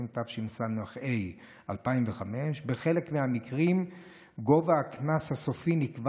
התשס"ה 2005. בחלק מהמקרים גובה הקנס הסופי נקבע